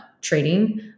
trading